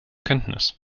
kenntnis